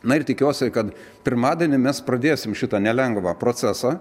na ir tikiuosi kad pirmadienį mes pradėsim šitą nelengvą procesą